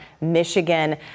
Michigan